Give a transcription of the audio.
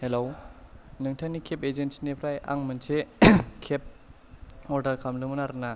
hello नोंथांनि cab agency निफ्राय आं मोनसे केब अर्डार खालामदोंमोन आरोना